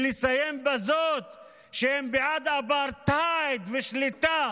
ולסיים בזה שהם בעד אפרטהייד ושליטה